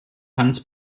hans